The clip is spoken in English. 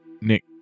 Nick